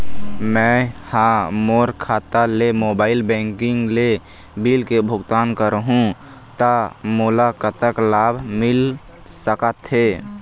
मैं हा मोर खाता ले मोबाइल बैंकिंग ले बिल के भुगतान करहूं ता मोला कतक लाभ मिल सका थे?